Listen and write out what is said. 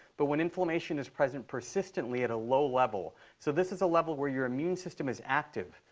but when inflammation is present persistently at a low level so this is a level where your immune system is active.